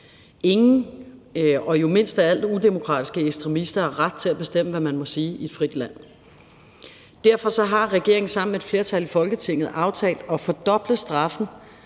Ingen, og jo mindst af alt udemokratiske ekstremister, har ret til at bestemme, hvad man må sige i et frit land. Derfor har regeringen sammen med et flertal i Folketinget aftalt at fordoble straffen